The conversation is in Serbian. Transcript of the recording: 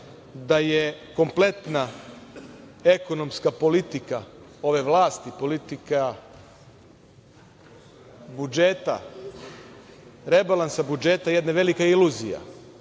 da je kompletna ekonomska politika ove vlasti, politika budžeta, rebalansa budžeta jedna velika iluzija.